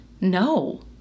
no